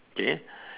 okay